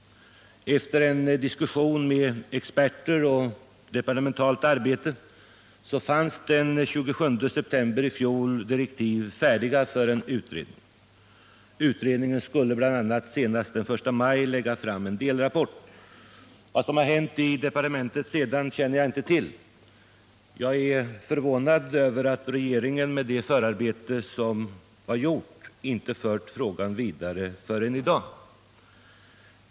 Efter diskussion med experter och departementalt arbete så fanns den 27 september i fjol direktiv färdiga för en utredning. Utredningen skulle bl.a. senast den 1 maj lägga fram en delrapport. Vad som hänt i departementet sedan dess känner jag inte till. Jag är förvånad över att regeringen med det förarbete som hade gjorts inte fört frågan vidare förrän i dag.